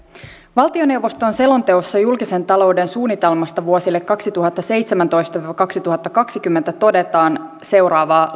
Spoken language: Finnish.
valtioneuvoston selonteossa julkisen talouden suunnitelmasta vuosille kaksituhattaseitsemäntoista viiva kaksituhattakaksikymmentä todetaan seuraavaa